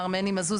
מר מני מזוז,